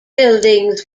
buildings